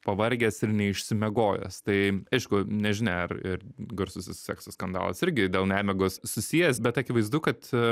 pavargęs ir neišsimiegojęs tai aišku nežinia ar ir garsusis sekso skandalas irgi dėl nemigos susijęs bet akivaizdu kad